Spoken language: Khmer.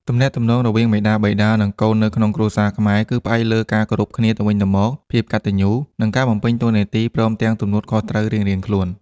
ទំនាក់ទំនងរវាងមាតាបិតា និងកូននៅក្នុងគ្រួសារខ្មែរ គឺផ្អែកលើការគោរពគ្នាទៅវិញទៅមក ភាពកតញ្ញូ និងការបំពេញតួនាទី ព្រមទាំងទំនួលខុសត្រូវរៀងៗខ្លួន។